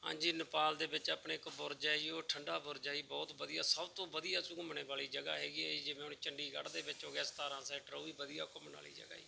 ਹਾਂਜੀ ਨੇਪਾਲ ਦੇ ਵਿੱਚ ਆਪਣੇ ਇੱਕ ਬੁਰਜ ਹੈ ਜੀ ਉਹ ਠੰਡਾ ਬੁਰਜ ਹੈ ਜੀ ਬਹੁਤ ਵਧੀਆ ਸਭ ਤੋਂ ਵਧੀਆ ਸ ਘੁੰਮਣੇ ਵਾਲੀ ਜਗ੍ਹਾ ਹੈਗੀ ਹੈ ਜਿਵੇਂ ਹੁਣ ਚੰਡੀਗੜ੍ਹ ਦੇ ਵਿੱਚ ਹੋ ਗਿਆ ਸਤਾਰ੍ਹਾਂ ਸੈਕਟਰ ਉਹ ਵੀ ਵਧੀਆ ਘੁੰਮਣ ਵਾਲੀ ਜਗ੍ਹਾ ਹੈ